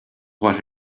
what